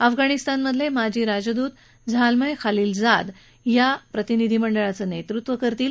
अफगाणिस्तानमधले माजी राजदूत झालमय खलिलजाद या प्रतिनिधिमंडळाचे नेतृत्व करतील